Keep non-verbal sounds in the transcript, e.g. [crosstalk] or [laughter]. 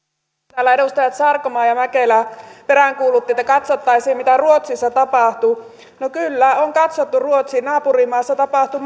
täällä edustajat sarkomaa ja mäkelä peräänkuuluttivat että katsottaisiin mitä ruotsissa tapahtuu no kyllä on katsottu ruotsiin naapurimaassa tapahtui [unintelligible]